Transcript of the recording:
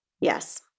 Yes